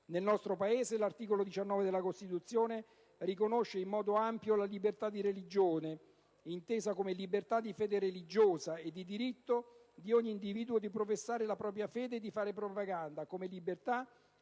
Nel nostro Paese l'articolo 19 della Costituzione riconosce in modo ampio la libertà di religione, intesa come libertà di fede religiosa e di diritto di ogni individuo di professare la propria fede e di fare propaganda, come libertà